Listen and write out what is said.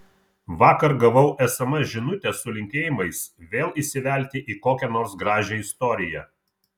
vakar gavau sms žinutę su linkėjimais vėl įsivelti į kokią nors gražią istoriją